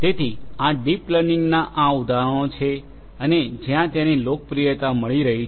તેથી આ ડીપ લર્નિંગના આ ઉદાહરણો છે અને જ્યાં તેને લોકપ્રિયતા મળી રહી છે